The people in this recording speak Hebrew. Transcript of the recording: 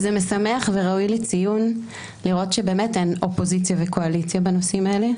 זה משמח וראוי לציון לראות שבאמת אין אופוזיציה וקואליציה בנושאים האלה,